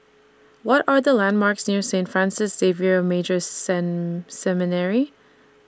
What Are The landmarks near Saint Francis Xavier Major Seminary